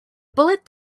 bullet